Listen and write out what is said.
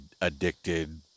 addicted